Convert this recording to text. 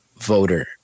voter